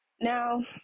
Now